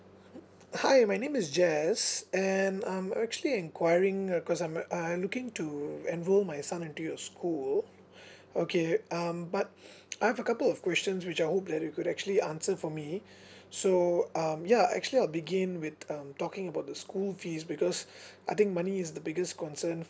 uh hi my name is jess and I'm actually inquiring uh because I'm uh I I'm looking to enroll my son into your school okay um but I have a couple of questions which I hope that you could actually answer for me so um ya actually I'll begin with um talking about the school fees because I think money is the biggest concern